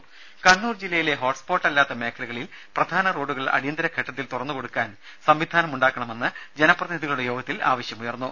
ദേദ കണ്ണൂർ ജില്ലയിലെ ഹോട്ട്സ്പോട്ട് അല്ലാത്ത മേഖലകളിൽ പ്രധാന റോഡുകൾ അടിയന്തര ഘട്ടത്തിൽ തുറന്നുകൊടുക്കാൻ സംവിധാനം ഉണ്ടാക്കണമെന്ന് ജനപ്രതിനിധികളുടെ യോഗത്തിൽ ആവശ്യം ഉയർന്നു